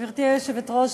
גברתי היושבת-ראש,